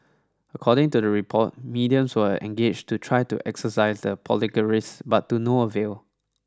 according to the report mediums were engaged to try to exorcise the poltergeists but to no avail